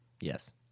yes